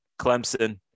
Clemson